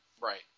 right